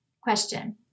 Question